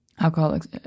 Alcoholics